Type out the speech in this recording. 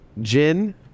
gin